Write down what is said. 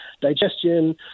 digestion